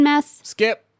Skip